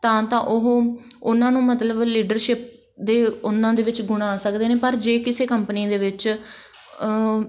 ਤਾਂ ਤਾਂ ਉਹ ਉਹਨਾਂ ਨੂੰ ਮਤਲਬ ਲੀਡਰਸ਼ਿਪ ਦੇ ਉਹਨਾਂ ਦੇ ਵਿੱਚ ਗੁਣ ਆ ਸਕਦੇ ਨੇ ਪਰ ਜੇ ਕਿਸੇ ਕੰਪਨੀ ਦੇ ਵਿੱਚ